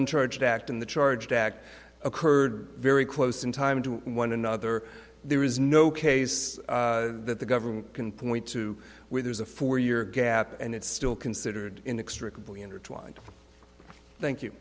uncharged act in the charged act occurred very close in time to one another there is no case that the government can point to where there's a four year gap and it's still considered in extra couple intertwined thank you